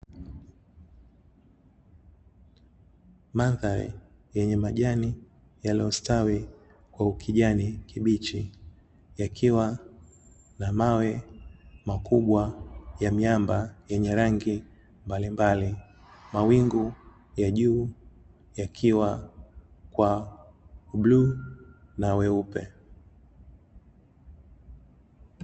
Mandhari yenye majani yaliyostawi kwa ukijani kibichi, yakiwa na mawe makubwa ya miamba yenye rangi mbalimbali. Mawingu ya juu yakiwa kwa ubluu na weupe.